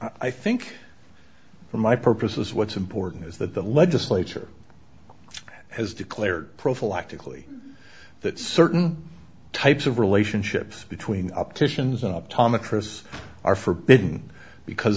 i think for my purposes what's important is that the legislature has declared prophylactic lee that certain types of relationships between opticians optometrists are forbidden because